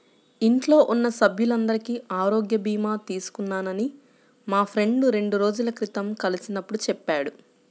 ఇంట్లో ఉన్న సభ్యులందరికీ ఆరోగ్య భీమా తీసుకున్నానని మా ఫ్రెండు రెండు రోజుల క్రితం కలిసినప్పుడు చెప్పాడు